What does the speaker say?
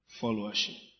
followership